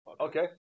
Okay